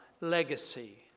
legacy